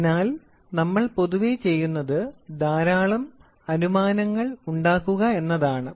അതിനാൽ നമ്മൾ പൊതുവെ ചെയ്യുന്നത് ധാരാളം അനുമാനങ്ങൾ ഉണ്ടാക്കുക എന്നതാണ്